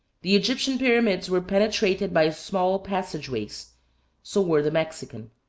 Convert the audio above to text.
the egyptian pyramids were penetrated by small passage-ways so were the mexican.